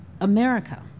america